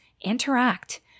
interact